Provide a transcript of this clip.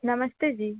नमस्ते जी